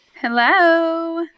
Hello